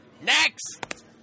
Next